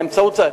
באמצעות,